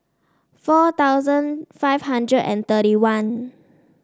four thousand five hundred and thirty one